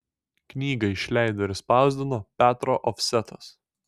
knygą išleido ir spausdino petro ofsetas